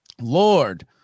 Lord